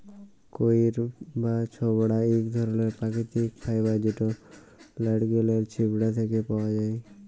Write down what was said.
কইর বা ছবড়া ইক ধরলের পাকিতিক ফাইবার যেট লাইড়কেলের ছিবড়া থ্যাকে পাউয়া যায়